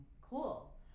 Cool